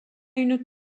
une